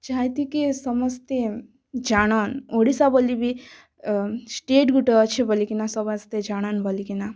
ଚାହିତି କିଏ ସମସ୍ତେ ଜାଣନ୍ ଓଡ଼ିଶା ବୋଲି ବି ଷ୍ଟେଟ୍ ଗୁଟେ ଅଛି ବୋଲି କିନା ସମସ୍ତେ ଜାନନ୍ ବୋଲିକିନା